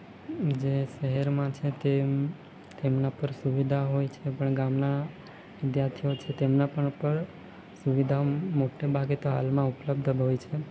જે શહેરમાં છે તેમ તેમના પર સુવિધા હોય છે પણ ગામના વિદ્યાર્થીઓ છે તેમના પણ પર સુવિધા મોટે ભાગે તો હાલમાં ઉપલબ્ધ હોય છે